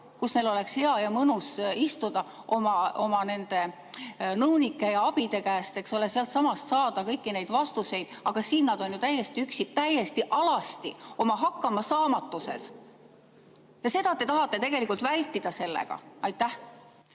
kus neil oleks hea ja mõnus istuda, oma nõunike ja abide käest sealtsamast saada kõiki neid vastuseid, aga siin nad on täiesti üksi, täiesti alasti oma hakkamasaamatuses? Ja seda te tahate vältida. Aitäh!